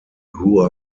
grew